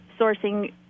sourcing